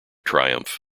triumph